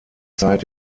zeit